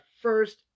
first